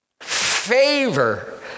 favor